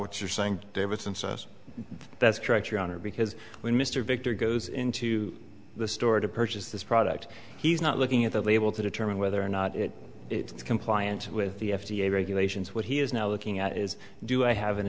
what you're saying david since us that's correct your honor because when mr victor goes into the store to purchase this product he's not looking at the label to determine whether or not it it's compliant with the f d a regulations what he is now looking at is do i have an